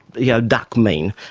you know, duck mean,